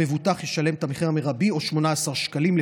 המבוטח ישלם את המחיר המרבי או 18 שקלים,